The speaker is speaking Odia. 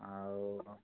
ଆଉ